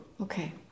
Okay